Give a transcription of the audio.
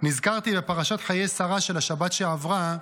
נזכרתי בפרשת חיי שרה של השנה שעברה,